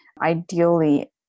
ideally